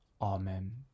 Amen